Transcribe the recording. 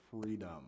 freedom